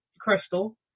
crystal